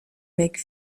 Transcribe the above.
make